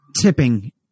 Tipping